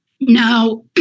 Now